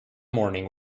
morning